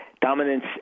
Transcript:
dominance